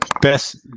Best